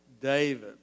David